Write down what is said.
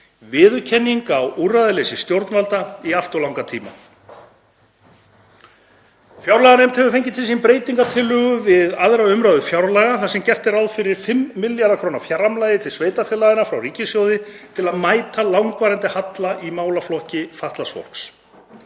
viðurkenning á úrræðaleysi stjórnvalda í allt of langan tíma. Fjárlaganefnd hefur fengið til sín breytingartillögu við 2. umr. fjárlaga þar sem er gert er ráð fyrir 5 milljarða kr. framlagi til sveitarfélaganna frá ríkissjóði til að mæta langvarandi halla í málaflokki fatlaðs